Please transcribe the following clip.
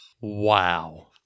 Wow